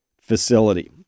facility